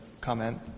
comment